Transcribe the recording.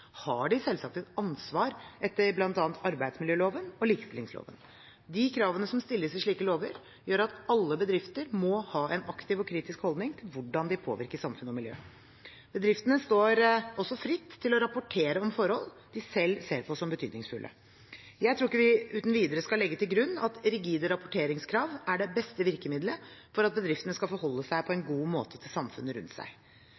har de selvsagt et ansvar etter bl.a. arbeidsmiljøloven og likestillingsloven. De kravene som stilles i slike lover, gjør at alle bedrifter må ha en aktiv og kritisk holdning til hvordan de påvirker samfunn og miljø. Bedriftene står også fritt til å rapportere om forhold de selv ser på som betydningsfulle. Jeg tror ikke vi uten videre skal legge til grunn at rigide rapporteringskrav er det beste virkemidlet for at bedriftene på en god måte skal forholde seg